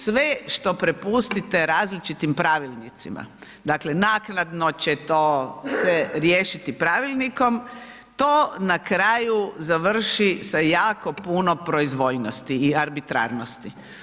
Sve što prepustite različitim pravilnicima, dakle naknadno će to se riješiti pravilnikom to na kraju završi na kraju sa jako puno proizvoljnosti i arbitrarnosti.